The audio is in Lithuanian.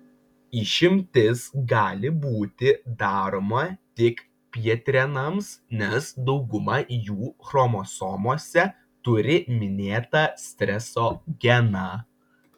išimtis gali būti daroma tik pjetrenams nes dauguma jų chromosomose turi minėtą streso geną